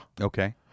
Okay